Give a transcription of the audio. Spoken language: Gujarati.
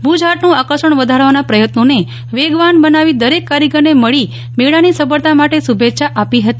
ભુજ હાટનું આકર્ષણ વધારવાના પ્રયત્તોનને વેગવાન બનાવી દરેક કારીગરને મળી મેળાની સફળતા માટે શુભેચ્છા આપી હતી